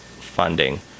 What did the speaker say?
funding